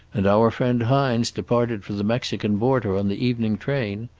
and our friend hines departed for the mexican border on the evening train.